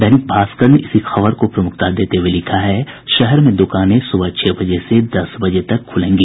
दैनिक भास्कर ने इसी खबर को प्रमुखता देते हुये लिखा है शहर में दुकानें सुबह छह बजे से दस बजे तक खुलेंगी